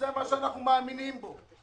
זה מה שאנחנו מאמינים בו.